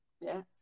Yes